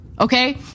Okay